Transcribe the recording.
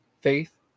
faith